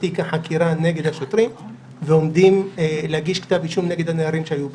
תיק החקירה נוגד השוטרים ועומדים להגיש כתב אישום נגד הנערים שהיו ברכב.